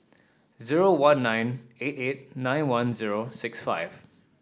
zero one nine eight eight nine one zero six five